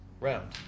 Round